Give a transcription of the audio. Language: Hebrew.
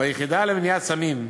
ביחידה למניעת סמים,